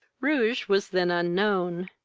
rouge was then unknown,